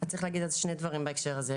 צריך להגיד שני דברים בהקשר הזה.